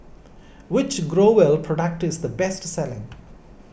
which Growell product is the best selling